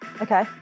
Okay